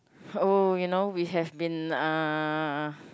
oh you know we have been uh